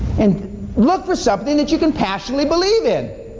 and look for something that you can passionately believe in.